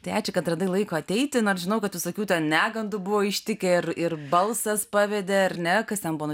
tai ačiū kad radai laiko ateiti nors žinau kad visokių negandų buvo ištikę ir ir balsas pavedė ar ne kas ten buvo